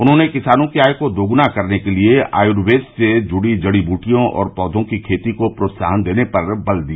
उन्होंने किसानों की आय को दोगुना करने के लिये आयुर्वेद से जुड़ी जड़ी बूटियों और पौघों की खेती को प्रोत्साहन देने पर बल दिया